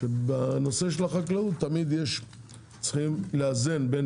שבנושא של החקלאות תמיד צריכים לאזן בין